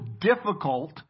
difficult